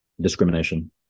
Discrimination